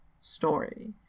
story